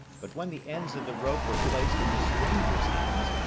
but when the ends of the rope were placed in the stranger's hands,